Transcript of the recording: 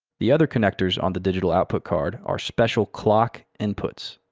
the other connectors on the digital output card are special clock inputs.